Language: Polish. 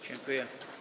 Dziękuję.